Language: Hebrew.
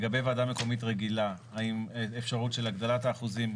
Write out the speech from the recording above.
לגבי ועדה מקומית רגילה בעניין אפשרות להגדלת אחוזים,